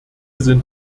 sind